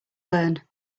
learn